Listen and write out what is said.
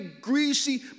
greasy